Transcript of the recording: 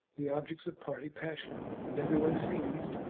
the objects of party passion, and every one seized,